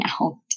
out